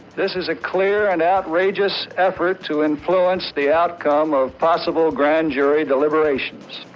this is a clear and outrageous effort to influence the outcome of possible grand jury deliberations.